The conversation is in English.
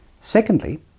Secondly